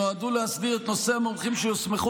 שנועדו להסדיר את נושא המומחים שהוסמכו